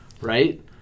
Right